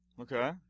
Okay